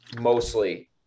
mostly